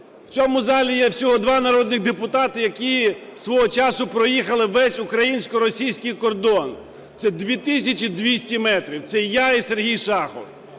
В цьому залі є всього два народних депутати, які свого часу проїхали весь українсько-російський кордон - це 2 тисячі 200 кілометрів, - це я і Сергій Шахов.